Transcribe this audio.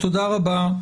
תודה רבה.